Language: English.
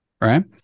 right